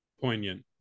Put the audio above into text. Poignant